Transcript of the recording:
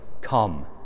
come